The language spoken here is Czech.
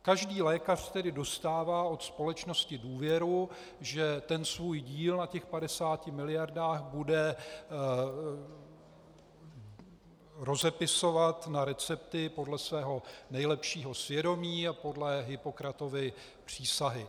Každý lékař tedy dostává od společnosti důvěru, že ten svůj díl na těch 50 mld. bude rozepisovat na recepty podle svého nejlepšího svědomí a podle Hippokratovy přísahy.